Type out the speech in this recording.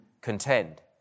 contend